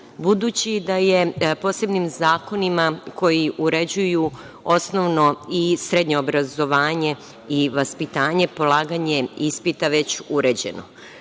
budući da je posebnim zakonima koji uređuju osnovno i srednje obrazovanje i vaspitanje polaganje ispita već uređeno.Međutim,